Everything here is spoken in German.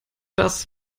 das